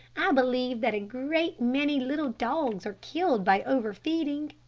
i believe that a great many little dogs are killed by over feeding.